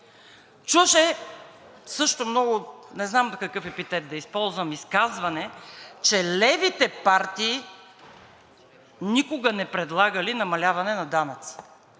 Чу се също много, не знам какъв епитет да използвам – изказване, че левите партии никога не предлагали намаляване на данъци?